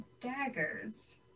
daggers